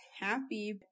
happy